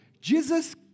Jesus